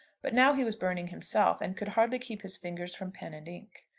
but now he was burning himself, and could hardly keep his fingers from pen and ink.